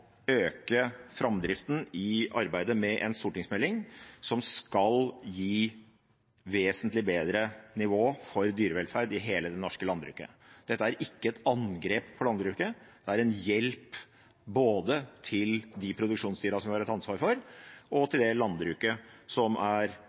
øke framdriften i arbeidet med en stortingsmelding som skal gi vesentlig bedre nivå for dyrevelferd i hele det norske landbruket. Dette er ikke et angrep på landbruket. Det er en hjelp både til produksjonsdyrene, som vi har et ansvar for, og